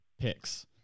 picks